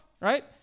right